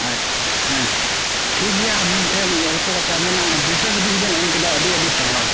ᱟᱪᱪᱷᱟ ᱦᱮᱸ ᱴᱷᱤᱠᱜᱮᱭᱟ ᱟᱵᱤᱱ ᱴᱷᱮᱱ ᱜᱚᱞᱯᱚᱠᱟᱛᱮ ᱟ ᱵᱤᱱᱟᱜ ᱫᱤᱥᱟ ᱦᱩᱫᱤᱥ ᱵᱮᱱ ᱮᱢ ᱠᱮᱫᱟ ᱟ ᱰᱤ ᱟ ᱰᱤ ᱥᱟᱨᱦᱟᱣ